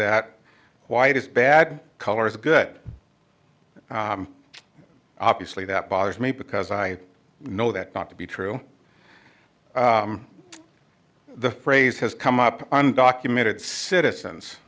that white is bad color is good obviously that bothers me because i know that not to be true the phrase has come up undocumented citizens